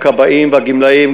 הכבאים והגמלאים,